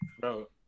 Bro